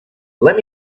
let